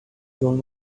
going